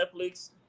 Netflix